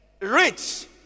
rich